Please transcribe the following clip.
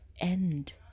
end